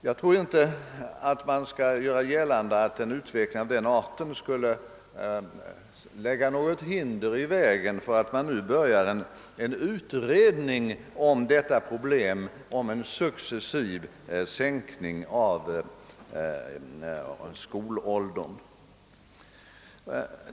Jag tror inte att man skall göra gällande att en utveckling av denna art skulle lägga något hinder i vägen för att vi nu börjar en utredning om en successiv sänkning av skolåldern.